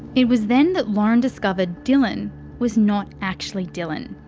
it was then that lauren discovered dylan was not actually dylan.